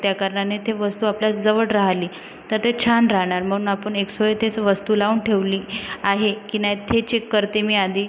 त्या कारणाने ते वस्तू आपल्या जवळ राहिली तर ते छान राहणार म्हणून आपण एकसोय तेच वस्तू लावून ठेवली आहेत की नाही हे चेक करते मी आधी